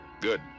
Good